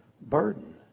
burden